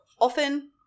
Often